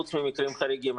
חוץ ממקרים חריגים.